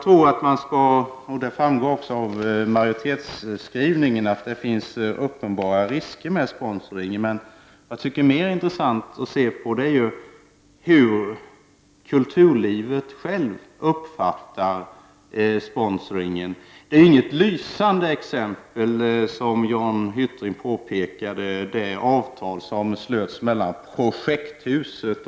Det finns — det framgår också av majoritetsskrivningen — uppenbara risker med sponsring. Jag tycker att det är mer intressant att se på hur kulturlivet självt uppfattar sponsringen. Det avtal som slöts mellan Projekthuset och Operan var inget lysande exempel, såsom Jan Hyttring påpekade.